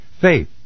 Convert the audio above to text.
Faith